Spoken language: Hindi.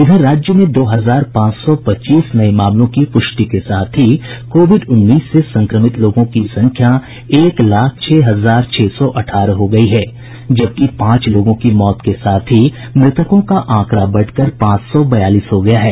इधर राज्य में दो हजार पांच सौ पच्चीस नये मामलों की प्रष्टि के साथ कोविड उन्नीस से संक्रिमत लोगों की संख्या एक लाख छह हजार छह सौ अठारह हो गयी है जबकि पांच लोगों की मौत के साथ ही मृतकों का आंकडा बढकर पांच सौ बयालीस हो गया है